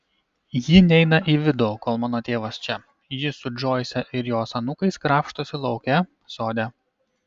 ji neina į vidų kol mano tėvas čia ji su džoise ir jos anūkais krapštosi lauke sode